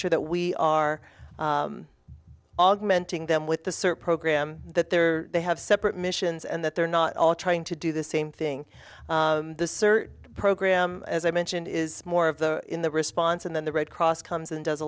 sure that we are augmenting them with the search program that they're they have separate missions and that they're not all trying to do the same thing the search program as i mentioned is more of the in the response and then the red cross comes in does a